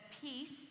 peace